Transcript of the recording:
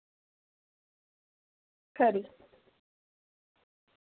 खरी